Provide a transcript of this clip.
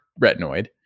retinoid